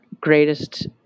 greatest